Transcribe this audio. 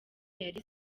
yari